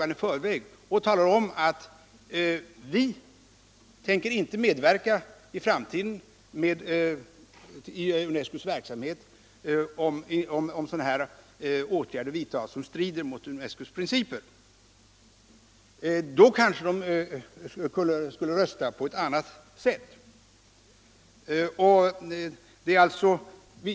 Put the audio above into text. Man skall då tala om att vi inte tänker medverka i UNESCO:s verksamhet i framtiden, om sådana här åtgärder vidtas som strider mot UNESCO:s principer. Då kanske de berörda länderna kommer att rösta på ett annat sätt.